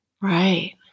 Right